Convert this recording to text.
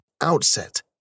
outset